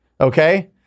okay